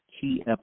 key